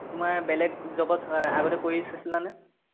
তোমাৰ বেলেগ জবত আগতে কৰি চাইছিলানে